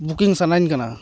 booking ᱥᱟᱱᱟᱧ ᱠᱟᱱᱟ